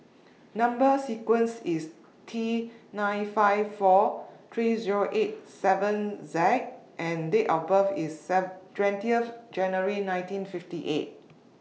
Number sequence IS T nine five four three Zero eight seven Z and Date of birth IS Save twenty January nineteen fifty eight